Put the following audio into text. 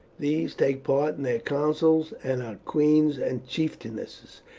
these take part in their councils, and are queens and chieftainesses,